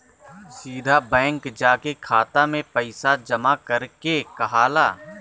सीधा बैंक जाके खाता में पइसा जामा करे के कहाला